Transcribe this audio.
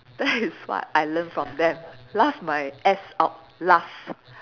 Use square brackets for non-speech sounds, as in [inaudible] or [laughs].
[laughs] that is what I learn from them laugh my ass out laugh